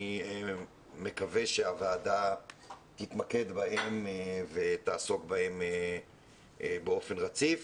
מקווה שהוועדה תתמקד בהם ותעסוק בהם באופן רציף.